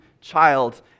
child